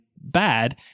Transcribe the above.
bad